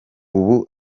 ubu